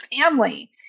family